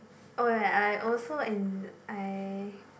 oh ya I also en~ I